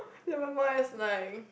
then my mom is like